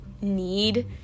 need